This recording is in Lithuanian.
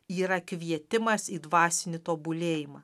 yra kvietimas į dvasinį tobulėjimą